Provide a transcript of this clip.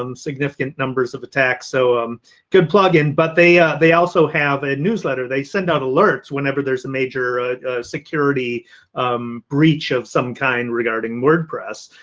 um significant numbers of attacks. so um good plugin. but they they also have and a newsletter. they send out alerts whenever there's a major security um breach of some kind regarding wordpress,